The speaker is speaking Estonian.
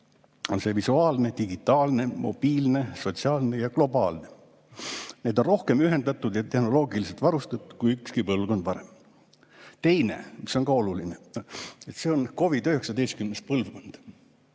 on see visuaalne, digitaalne, mobiilne, sotsiaalne ja globaalne. Nad on rohkem ühendatud ja tehnoloogiliselt varustatud kui ükski põlvkond varem. Teine, mis on ka oluline, see on COVID‑19 põlvkond.